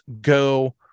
go